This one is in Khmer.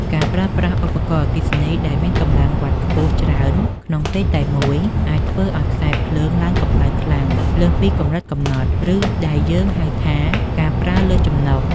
ការប្រើប្រាស់ឧបករណ៍អគ្គិសនីដែលមានកម្លាំងវ៉ាត់ខ្ពស់ច្រើនក្នុងពេលតែមួយ អាចធ្វើឱ្យខ្សែភ្លើងឡើងកម្ដៅខ្លាំងលើសពីកម្រិតកំណត់ ឬដែលយើងហៅថាការប្រើលើសចំណុះ។